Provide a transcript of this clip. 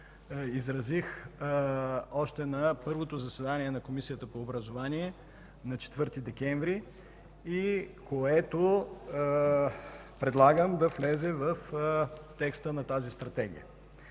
изразих още на първото заседание на Комисията по образование на 4 декември миналата година и което предлагам да влезе в текста на тази Стратегия.